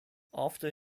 after